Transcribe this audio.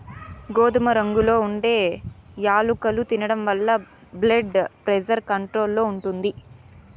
గోధుమ రంగులో ఉండే యాలుకలు తినడం వలన బ్లెడ్ ప్రెజర్ కంట్రోల్ లో ఉంటుంది